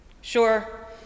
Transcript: Sure